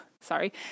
Sorry